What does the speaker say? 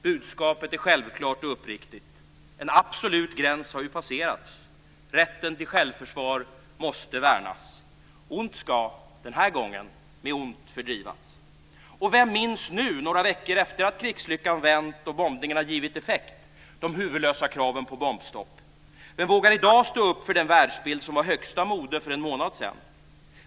Budskapet är självklart och uppriktigt. En absolut gräns har ju passerats. Rätten till självförsvar måste värnas. Ont ska - den här gången - med ont fördrivas. Och vem minns nu, några veckor efter att krigslyckan vänt och bombningarna givit effekt, de huvudlösa kraven på bombstopp? Vem vågar i dag stå upp för den världsbild som var högsta mode för en månad sedan?